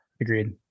agreed